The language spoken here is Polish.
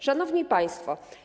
Szanowni Państwo!